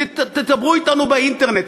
תדברו אתנו באינטרנט,